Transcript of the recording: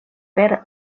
per